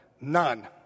None